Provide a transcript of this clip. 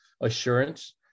assurance